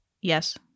Yes